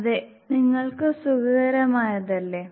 അതെ നിങ്ങൾക്ക് സുഖകരമായതല്ലേ